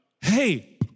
hey